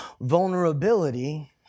vulnerability